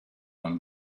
and